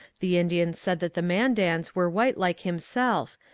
the indians said that the mandans were white like himself,